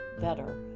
better